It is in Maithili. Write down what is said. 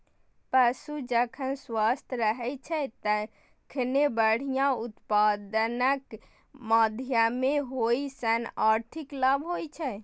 पशु जखन स्वस्थ रहै छै, तखने बढ़िया उत्पादनक माध्यमे ओइ सं आर्थिक लाभ होइ छै